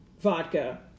vodka